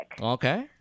Okay